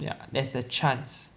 ya there's a chance